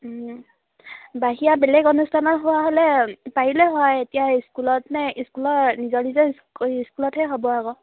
বাহিৰা বেলেগ অনুষ্ঠানৰ হোৱা হ'লে পাৰিলে হয় এতিয়া স্কুলত নে স্কুলৰ নিজৰ নিজৰ স্কুলতহে হ'ব আকৌ